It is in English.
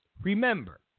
remember